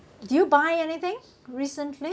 did you buy anything recently